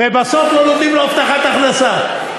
ובסוף לא נותנים לו הבטחת הכנסה.